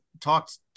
talked